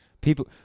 People